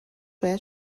باید